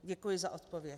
Děkuji za odpověď.